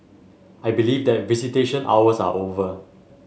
I believe that visitation hours are over